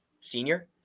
senior